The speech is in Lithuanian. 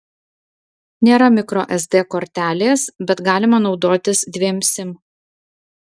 nėra mikro sd kortelės bet galima naudotis dviem sim